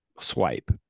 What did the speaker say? swipe